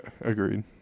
Agreed